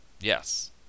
Yes